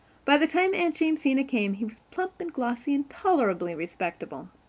by the time aunt jamesina came he was plump and glossy and tolerably respectable.